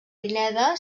pineda